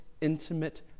intimate